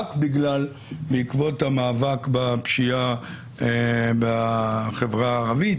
רק בעקבות המאבק בפשיעה בחברה הערבית.